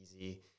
easy